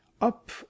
Up